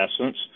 essence